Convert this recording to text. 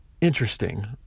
interesting